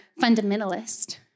fundamentalist